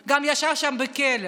הוא גם ישב שם בכלא.